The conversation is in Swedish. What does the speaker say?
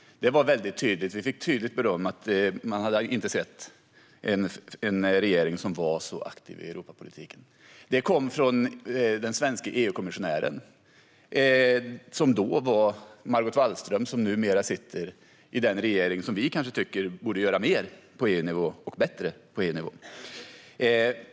Det var mycket tydligt. Vi fick tydligt beröm. Man hade inte sett en regering som var så aktiv i Europapolitiken. Detta kom från den svenska EU-kommissionären, som då var Margot Wallström, som numera sitter i den regering som vi kanske tycker borde göra mer på EU-nivå och göra det bättre på EU-nivå.